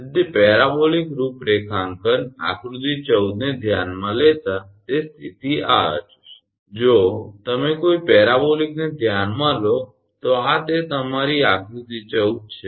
તેથી પેરાબોલિક રૂપરેખાંકન આકૃતિ 14 ને ધ્યાનમાં લેતા તે સ્થિતી બતાવે છે જો તમે કોઈ પેરાબોલિકને ધ્યાનમાં લો તો આ તે તમારી આકૃતિ 14 છે